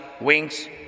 wings